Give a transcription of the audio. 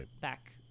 back